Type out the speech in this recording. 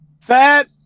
fat